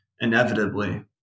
Inevitably